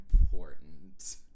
important